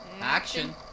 Action